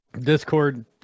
discord